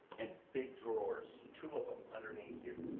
and big drawers, two of em underneath here,